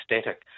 static